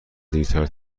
دیرتر